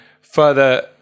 further